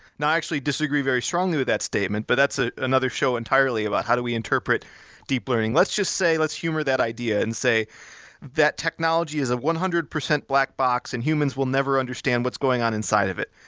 actually disagree very strongly with that statement, but that's ah another show entirely about how do we interpret deep learning. let's just say let's humor that idea and say that technology is one hundred percent black box and humans will never understand what's going on inside of it.